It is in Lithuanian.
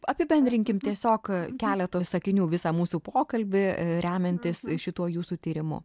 apibendrinkim tiesiog keletu sakinių visą mūsų pokalbį remiantis šituo jūsų tyrimu